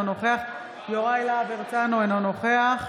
אינו נוכח